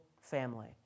family